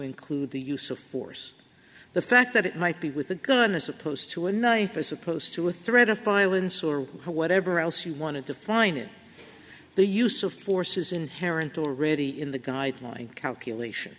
include the use of force the fact that it might be with a gun as opposed to a knife as opposed to a threat of violence or whatever else you want to define it the use of force is inherent already in the guideline calculation